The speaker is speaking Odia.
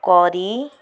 କରି